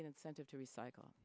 be an incentive to recycle